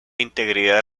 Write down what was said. integridad